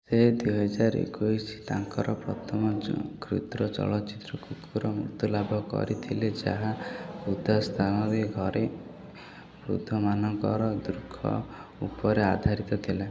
ସେ ଦୁଇହଜାର ଏକୋଇଶିରେ ତାଙ୍କର ପ୍ରଥମ କ୍ଷୁଦ୍ର ଚଳଚ୍ଚିତ୍ର କୁକ୍କୁର ମୁକ୍ତିଲାଭ କରିଥିଲେ ଯାହା ବୃଦ୍ଧମାନଙ୍କ ଦୁଃଖ ଉପରେ ଆଧାରିତ ଥିଲା